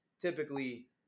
typically